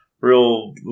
real